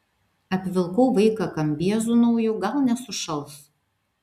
apvilkau vaiką kambiezu nauju gal nesušals